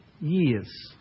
years